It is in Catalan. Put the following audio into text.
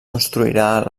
construirà